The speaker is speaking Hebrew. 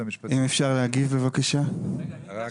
בעצם